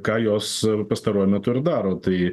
ką jos pastaruoju metu ir daro tai